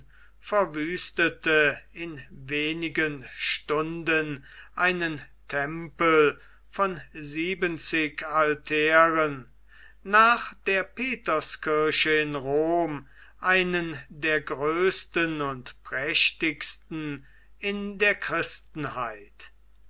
verwüstete in wenigen stunden einen tempel von siebenzig altären nach der peterskirche in rom einen der größten und prächtigsten in der christenheit